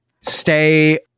stay